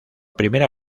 primera